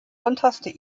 unterste